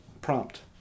Prompt